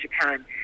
Japan